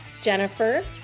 Jennifer